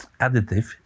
additive